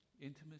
intimacy